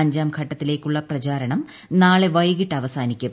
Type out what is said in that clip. അഞ്ചാം ഘട്ടത്തില്ലേയ്ക്കുള്ള പ്രചാരണം നാളെ വൈകിട്ട് അവസാനിക്കും